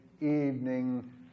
evening